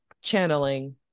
channeling